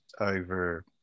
over